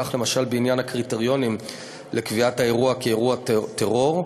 למשל בעניין הקריטריונים לקביעת אירוע כאירוע טרור,